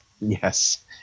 Yes